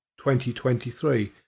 2023